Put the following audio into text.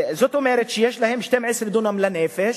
זאת אומרת שיש להם 12 דונם לנפש,